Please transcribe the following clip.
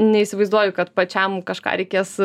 neįsivaizduoju kad pačiam kažką reikės